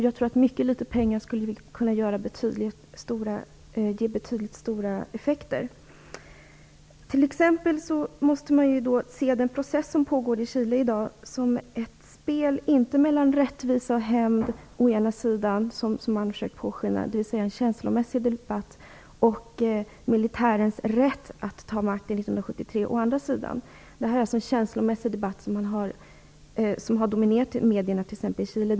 Jag tror att en liten mängd pengar skulle ge stora effekter. Den process som pågår i Chile får inte ses som ett spel mellan rättvisa och hämnd å ena sidan som har man har försökt påskina, dvs. en känslomässig debatt, och militärens rätt att ta makten 1973 å andra sidan. Detta är en känslomässig debatt som har dominerat medierna i Chile.